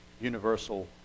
universal